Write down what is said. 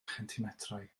chentimetrau